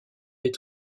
est